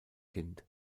kind